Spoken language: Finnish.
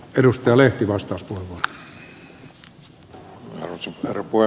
arvoisa herra puhemies